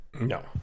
No